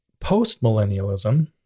Post-millennialism